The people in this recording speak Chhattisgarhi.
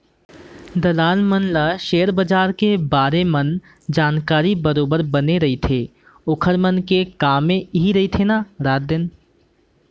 दलाल मन ल सेयर बजार के बारे मन जानकारी बरोबर बने रहिथे ओखर मन के कामे इही रहिथे ना रात दिन